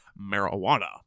marijuana